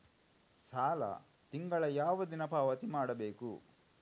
ಸಾಲ ತಿಂಗಳ ಯಾವ ದಿನ ಪಾವತಿ ಮಾಡಬೇಕು?